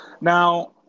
Now